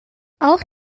auch